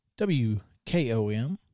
WKOM